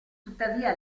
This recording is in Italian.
tuttavia